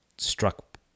struck